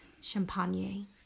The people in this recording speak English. champagne